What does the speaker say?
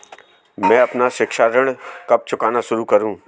मैं अपना शिक्षा ऋण कब चुकाना शुरू करूँ?